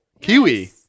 Kiwi